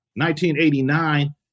1989